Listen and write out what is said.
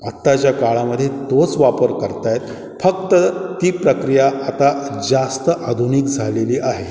आत्ताच्या काळामध्ये तोच वापर करत आहेत फक्त ती प्रक्रिया आता जास्त आधुनिक झालेली आहे